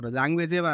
language